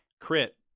crit